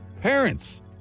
Parents